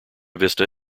vista